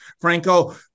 Franco